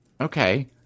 Okay